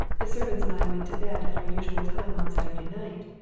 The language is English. the servants and i went to bed at our usual time on saturday night,